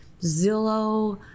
zillow